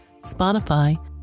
Spotify